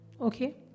Okay